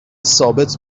ثابت